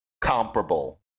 comparable